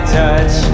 touch